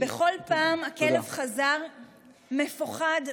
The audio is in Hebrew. בכל פעם הכלב חזר מפוחד ורזה,